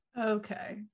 okay